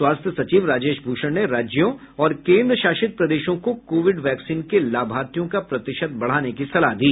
स्वास्थ्य सचिव राजेश भूषण ने राज्यों और केंद्रशासित प्रदेशों को कोविड वैक्सीन के लाभार्थियों का प्रतिशत बढ़ाने की सलाह दी